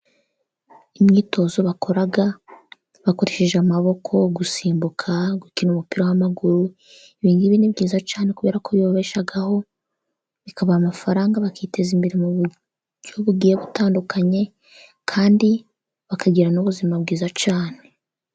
Imyitozo bakora bakoresheje amaboko, gusimbuka, gukina umupira w'amaguru, ibingibi ni byiza cyane kubera ko bibeshaho bikabaha amafaranga, bakiteza imbere mu buryo bugiye butandukanye kandi bakagira n'ubuzima bwiza cyane.